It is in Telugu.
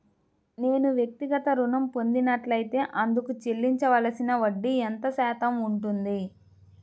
నేను వ్యక్తిగత ఋణం పొందినట్లైతే అందుకు చెల్లించవలసిన వడ్డీ ఎంత శాతం ఉంటుంది?